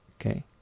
Okay